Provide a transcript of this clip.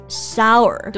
sour